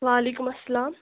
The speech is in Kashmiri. وَعلیکُم اسلام